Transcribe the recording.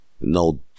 No